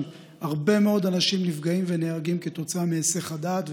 הרבה מאוד אנשים נפגעים ונהרגים בגלל היסח הדעת,